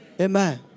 Amen